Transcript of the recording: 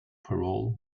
parole